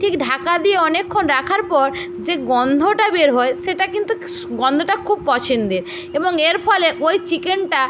ঠিক ঢাকা দিয়ে অনেকক্ষণ রাখার পর যে গন্ধটা বের হয় সেটা কিন্তু গন্ধটা খুব পছন্দের এবং এর ফলে ওই চিকেনটা